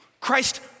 Christ